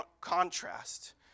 contrast